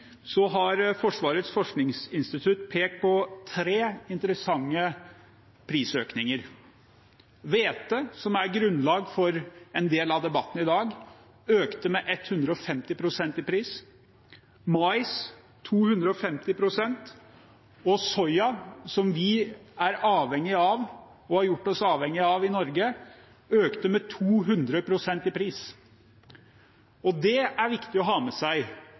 har Forsvarets forskningsinstitutt pekt på tre interessante prisøkninger: Hvete, som er grunnlag for en del av debatten i dag, økte med 150 pst. i pris, mais med 250 pst. og soya, som vi har gjort oss avhengige av i Norge, økte med 200 pst. i pris. Dette er det viktig å ha med seg